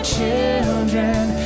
Children